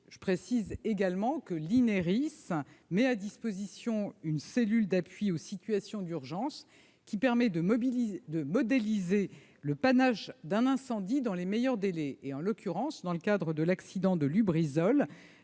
Je précise également que l'Ineris met à disposition une cellule d'appui aux situations d'urgence qui permet de modéliser le panache d'un incendie dans les meilleurs délais. En l'occurrence, dans le cas de l'accident de l'usine